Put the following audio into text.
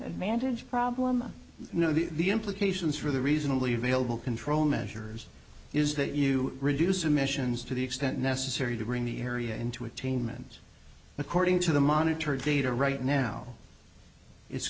advantage problem no the the implications for the reasonably available control measures is that you reduce emissions to the extent necessary to bring the area into attainments according to the monitor data right now it's